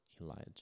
Elijah